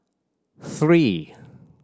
three